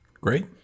Great